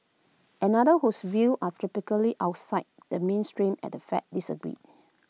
another whose view are typically outside the mainstream at the fed disagreed